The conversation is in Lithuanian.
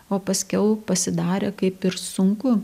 o paskiau pasidarė kaip ir sunku